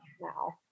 now